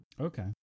okay